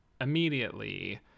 immediately